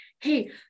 hey